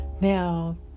Now